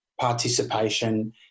participation